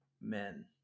men